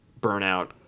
burnout